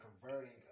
converting